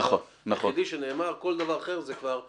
זה הדבר